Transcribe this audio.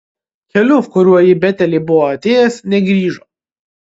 keliu kuriuo į betelį buvo atėjęs negrįžo